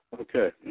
okay